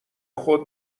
خود